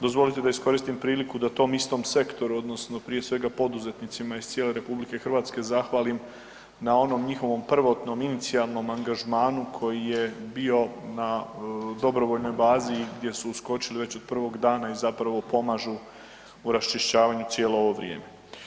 Dozvolite da iskoristim priliku da tom istom sektoru odnosno prije svega poduzetnicima iz cijele RH zahvalim na onom njihovom prvotnom inicijalnom angažmanu koji je bio na dobrovoljnoj bazi, gdje su uskočili već od prvog dana i zapravo pomažu u raščišćavanju cijelo ovo vrijeme.